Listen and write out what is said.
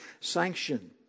sanction